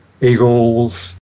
eagles